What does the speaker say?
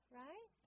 right